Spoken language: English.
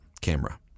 camera